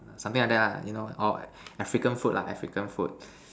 something like that lah you know or African food lah African food